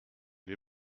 les